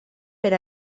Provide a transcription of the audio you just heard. per